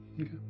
Okay